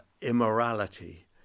immorality